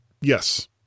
Yes